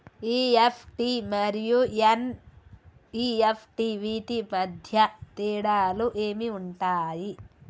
EFT మరియు NEFT వీటి మధ్య తేడాలు ఏమి ఉంటాయి?